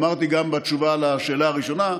אמרתי גם בתשובה לשאלה הראשונה: